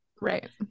Right